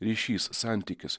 ryšys santykis